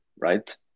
right